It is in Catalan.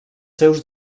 seus